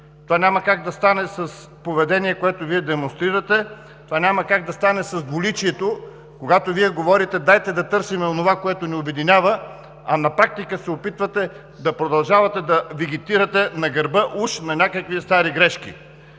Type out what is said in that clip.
това няма как да стане с поведение, което демонстрирате, това няма как да стане с двуличието, когато Вие говорите: „Дайте да търсим онова, което ни обединява!“, а на практика се опитвате да продължавате да вегетирате на гърба уж на някакви стари грешки.